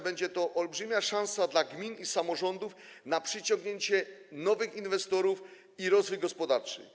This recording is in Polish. Będzie to olbrzymia szansa dla gmin i samorządów na przyciągnięcie inwestorów i rozwój gospodarczy.